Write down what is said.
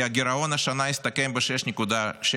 כי הגירעון השנה יסתכם ב-6.6%,